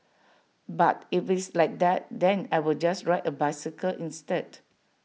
but if it's like that then I will just ride A bicycle instead